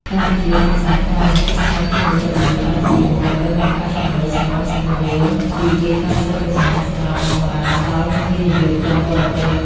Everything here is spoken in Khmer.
កម្ពុជាបានសហការយ៉ាងជិតស្និទ្ធជាមួយ WIPO ដើម្បីបង្កើតមជ្ឈមណ្ឌលសម្រុះសម្រួលវិវាទកម្មសិទ្ធិបញ្ញា សម្រាប់បម្រើដល់វិនិយោគិនបរទេស។